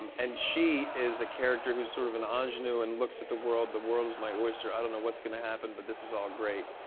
um and she is a character who's sort of an ingenue and looks at the world, the world is my oyster. i don't know what's going to happen, but this is all great.